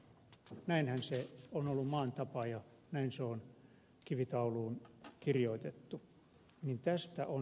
näinhän se on ollut maan tapa ja näin se on kivitauluun kirjoitettu